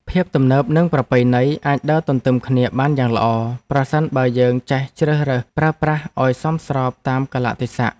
ភាពទំនើបនិងប្រពៃណីអាចដើរទន្ទឹមគ្នាបានយ៉ាងល្អប្រសិនបើយើងចេះជ្រើសរើសប្រើប្រាស់ឱ្យសមស្របតាមកាលៈទេសៈ។